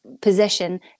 position